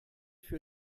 für